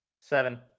Seven